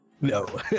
No